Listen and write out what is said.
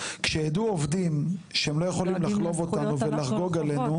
כשידעו עובדים שהם לא יכולים לחלוב אותנו ולחגוג עלינו,